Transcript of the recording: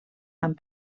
amb